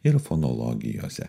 ir fonologijose